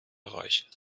erreichen